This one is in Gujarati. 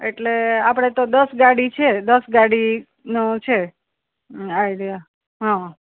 એટલે આપણે તો દસ ગાડી છે દસ ગાડીનો છે આઇડિયા હં